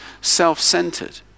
self-centered